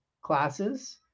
classes